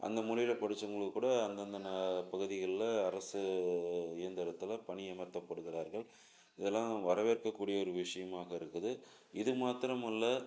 அந்த மொழில படிச்சவங்களுக்கு கூட அந்தந்த பகுதிகளில் அரசு இயந்திரத்தில் பணி அமர்த்தப்படுகிறார்கள் இதெல்லாம் வரவேற்கக் கூடிய ஒரு விஷயமாக இருக்குது இது மாத்திரம் அல்ல